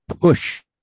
push